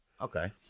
Okay